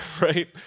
right